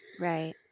Right